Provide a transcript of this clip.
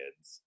kids